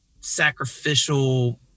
sacrificial